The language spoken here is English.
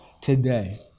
today